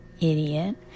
idiot